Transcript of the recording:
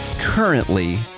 currently